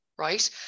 right